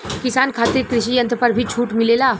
किसान खातिर कृषि यंत्र पर भी छूट मिलेला?